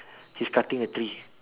he's cutting a tree